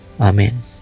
amen